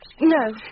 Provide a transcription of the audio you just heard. No